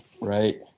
right